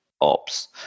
ops